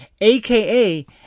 aka